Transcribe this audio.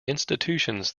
institutions